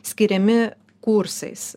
skiriami kursais